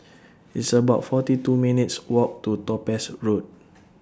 It's about forty two minutes' Walk to Topaz Road